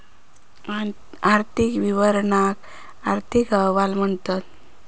आर्थिक विवरणांका आर्थिक अहवाल म्हणतत